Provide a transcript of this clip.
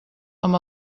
amb